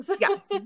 Yes